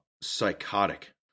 psychotic